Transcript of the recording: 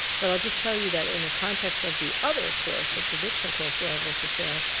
but i'll just tell you that in the context of the other course, the prediction course where i worked with sarah,